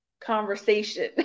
conversation